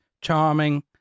charming